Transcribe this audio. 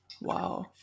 Wow